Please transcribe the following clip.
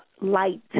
light